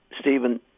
Stephen